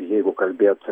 jeigu kalbėt